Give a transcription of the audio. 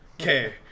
Okay